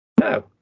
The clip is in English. no